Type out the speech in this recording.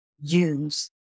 use